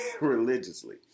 religiously